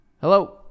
Hello